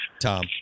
Tom